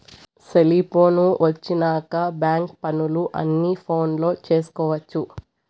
cellphone వచ్చినాక bank పనులు అన్ని ఫోనులో చేసుకొవచ్చు